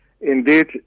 Indeed